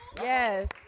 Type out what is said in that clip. Yes